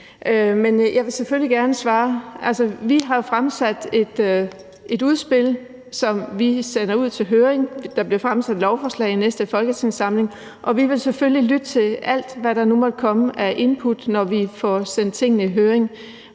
jeg vil selvfølgelig gerne svare. Altså, vi har jo fremlagt et udspil, som vi sender ud til høring – der bliver fremsat et lovforslag i næste folketingssamling – og vi vil selvfølgelig lytte til alt, hvad der nu måtte komme af input, når vi får sendt tingene i høring.